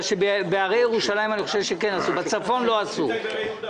בכל מקרה נבקש לשנות את החקיקה בעניין הזה.